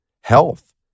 health